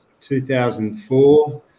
2004